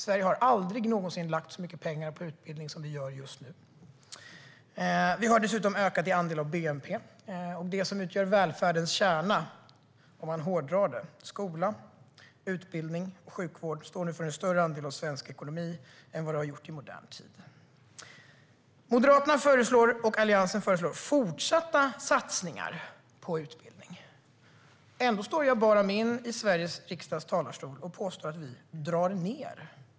Sverige har aldrig någonsin lagt så mycket pengar på utbildning som vi gör just nu. Vi har dessutom ökat i bnp. Det som om man hårdrar det utgör välfärdens kärna - skola, utbildning och sjukvård - står nu för en större andel av svensk ekonomi än vad de har gjort under modern tid. Moderaterna och Alliansen föreslår fortsatta satsningar på utbildning. Ändå står Jabar Amin i talarstolen i Sveriges riksdag och påstår att vi drar ned.